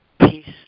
peace